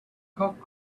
cock